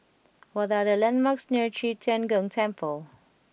what are the landmarks near Qi Tian Gong Temple